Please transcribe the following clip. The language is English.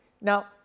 Now